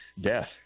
death